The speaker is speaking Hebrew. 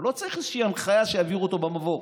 הוא לא צריך הנחיה שיעבירו אותו במבוך.